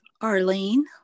Arlene